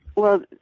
well,